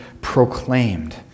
proclaimed